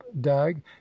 dag